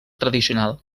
tradicional